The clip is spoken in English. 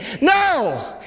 No